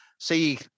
see